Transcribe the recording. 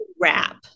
wrap